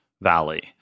valley